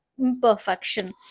imperfection